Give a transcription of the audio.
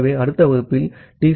ஆகவே அடுத்த வகுப்பில் டி